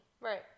Right